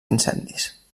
incendis